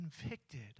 convicted